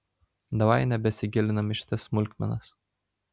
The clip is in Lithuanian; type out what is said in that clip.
davai nebesigilinam į šitas smulkmenas